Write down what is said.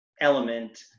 element